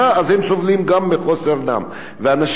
והאנשים האלה סובלים גם מתת-חיסון,